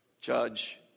judge